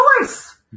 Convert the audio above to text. choice